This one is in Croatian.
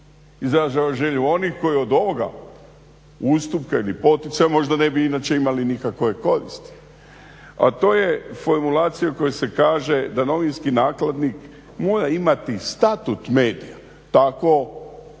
izražava želju onih koji od ovoga ustupka ili poticaja možda ne bi inače imali nikakve koristi, a to je formulacija u kojoj se kaže da novinski nakladnik mora imati statut medija. Takvo